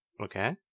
Okay